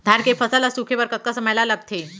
धान के फसल ल सूखे बर कतका समय ल लगथे?